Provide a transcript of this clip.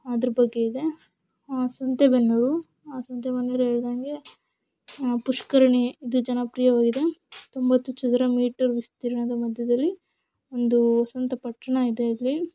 ಅದ್ರ ಬಗ್ಗೆ ಇದೆ ಸಂತೆಬೆನ್ನೂರು ಸಂತೆಬೆನ್ನೂರು ಹೇಳಿದಂಗೆ ಪುಷ್ಕರಣಿ ಇದು ಜನಪ್ರಿಯವಾಗಿದೆ ತೊಂಬತ್ತು ಚದರ ಮೀಟರ್ ವಿಸ್ತೀರ್ಣದ ಮಧ್ಯದಲ್ಲಿ ಒಂದು ಸ್ವಂತ ಪಟ್ಟಣ ಇದೆ ಇಲ್ಲಿ